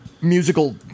musical